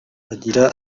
agira